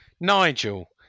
Nigel